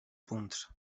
punts